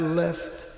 left